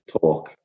talk